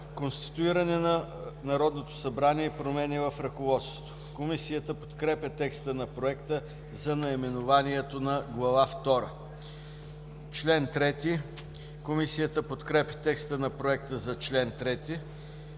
Конституиране на Народното събрание и промени в ръководството“. Комисията подкрепя текста на проекта за наименованието на Глава втора. Комисията подкрепя текста на проекта за чл. 3.